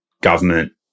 government